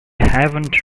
haven’t